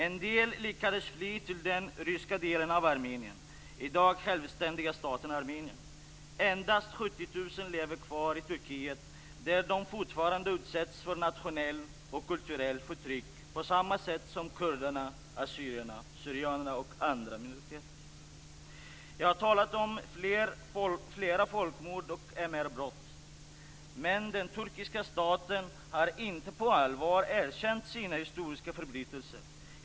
En del lyckades fly till den ryska delen av Armenien - i dag den självständiga staten Armenien. Endast 70 000 lever kvar i Turkiet, där de fortfarande utsätts för nationellt och kulturellt förtryck på samma sätt som kurderna, assyrier-syrianerna och andra minoriteter. Jag har talat om flera folkmord och MR-brott, men den turkiska staten har inte på allvar erkänt sina historiska förbrytelser.